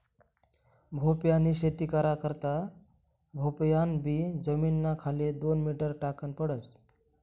भोपयानी शेती करा करता भोपयान बी जमीनना खाले दोन मीटर टाकन पडस